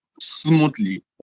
smoothly